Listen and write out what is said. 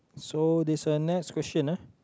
so this one next question ah